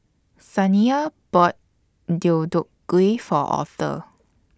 Saniya bought Deodeok Gui For Author